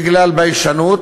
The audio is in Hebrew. בגלל ביישנות,